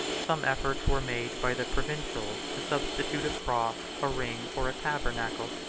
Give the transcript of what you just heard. some efforts were made by the provincials to substitute a cross, a ring, or a tabernacle,